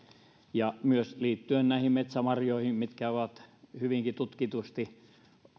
ja myös liittyen näihin metsämarjoihin mitkä hyvinkin tutkitusti